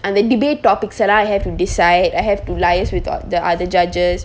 and the debate topics that I have to decide I have to liase with the other judges